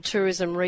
Tourism